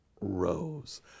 rose